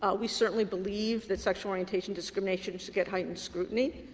ah we certainly believe that sexual-orientation discrimination should get heightened scrutiny.